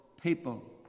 people